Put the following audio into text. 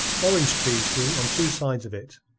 orange-trees grew on two sides of it,